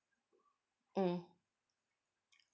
mm